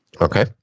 Okay